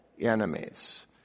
enemies